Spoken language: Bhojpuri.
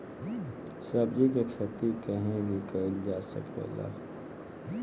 सब्जी के खेती कहीं भी कईल जा सकेला